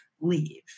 leave